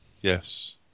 Yes